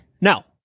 Now